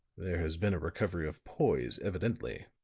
there has been a recovery of poise, evidently,